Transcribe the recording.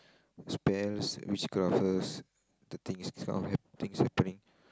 spells witch curses some things some things happening